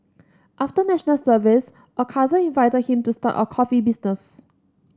after National Service a cousin invited him to start a coffee business